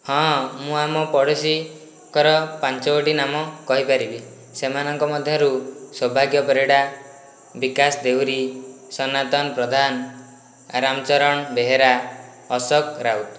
ହଁ ମୁଁ ଆମ ପଡ଼ୋଶୀଙ୍କର ପାଞ୍ଚ ଗୋଟି ନାମ କହିପାରିବି ସେମାନଙ୍କ ମଧ୍ୟରୁ ସୌଭାଗ୍ୟ ପରିଡ଼ା ବିକାଶ ଦେହୁରୀ ସନାତନ ପ୍ରଧାନ ରାମଚରଣ ବେହେରା ଅଶୋକ ରାଉତ